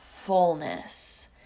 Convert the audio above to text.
fullness